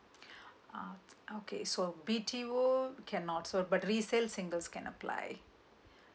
uh okay so B_T_O cannot so but resales singles can apply